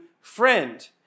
friend